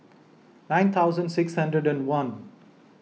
nine thousand six hundred and one